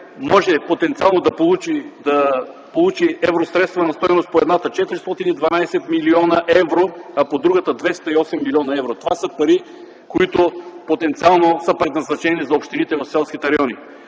може потенциално да получи евросредства на стойност по едната програма – 412 млн. евро, а по другата – 208 млн. евро. Това са пари, които потенциално са предназначени за общините в селските райони.